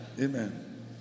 Amen